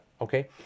okay